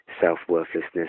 self-worthlessness